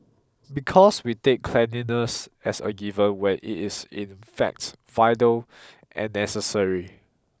because we take cleanliness as a given when it is in fact vital and necessary